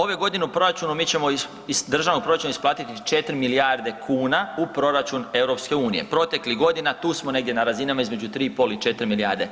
Ove godine u proračunu mi ćemo iz državnog proračuna isplatiti 4 milijarde kuna u proračun EU, proteklih godina tu smo negdje na razinama između 3,5 i 4 milijarde.